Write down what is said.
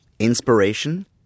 inspiration